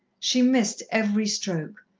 she missed every stroke,